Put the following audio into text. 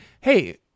Hey